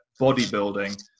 bodybuilding